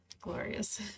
Glorious